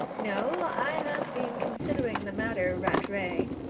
no, i have been considering the matter, rattray.